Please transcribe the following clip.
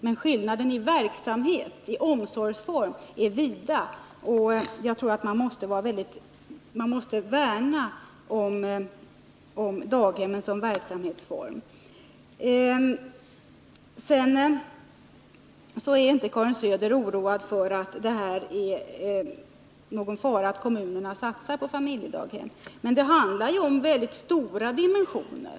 Men skillnaderna i verksamhet och omsorgsform är vida, och jag tror att man måste värna om daghemmen som verksamhetsform. Karin Söder anser inte att det ligger någon fara i att kommunerna satsar på familjedaghem. Men det handlar om stora dimensioner.